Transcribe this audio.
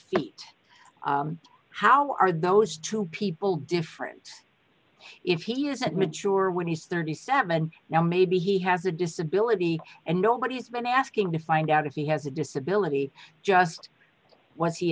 feet how are those two people different if he isn't mature when you thirty seven now maybe he has a disability and nobody's been asking to find out if he has a disability just